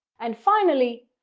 and finally,